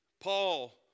Paul